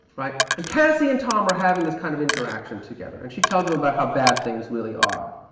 right? and cassie and tom were having this kind of interaction together and she tells him about how bad things really are.